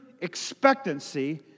expectancy